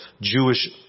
Jewish